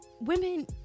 women